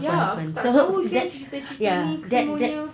ya tak tahu seh cerita cerita ni semuanya